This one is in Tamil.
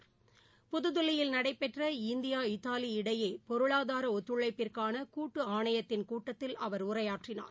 நடைபெற்ற புதுதில்லியில் இந்தியா இத்தாலி இடையேபொருளாதாரஒத்துழைப்பிற்கானகூட்டுஆணையத்தின் கூட்டத்தில் அவர் உரையாற்றினார்